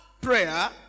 prayer